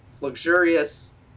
Luxurious